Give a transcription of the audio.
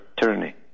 tyranny